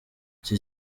iki